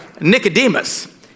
Nicodemus